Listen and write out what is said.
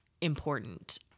important